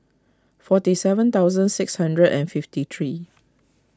forty seven thousand six hundred and fifty three